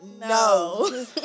no